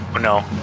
no